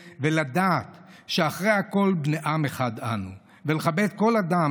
ולדעת שאחרי הכול בני עם אחד אנו ולכבד כל אדם,